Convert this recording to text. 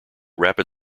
rapid